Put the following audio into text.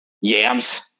yams